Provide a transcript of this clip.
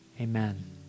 Amen